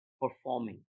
performing